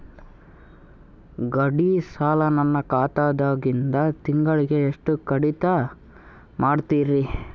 ಗಾಢಿ ಸಾಲ ನನ್ನ ಖಾತಾದಾಗಿಂದ ತಿಂಗಳಿಗೆ ಎಷ್ಟು ಕಡಿತ ಮಾಡ್ತಿರಿ?